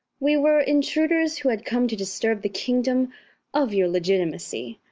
we were intruders who had come to disturb the kingdom of your legitimacy.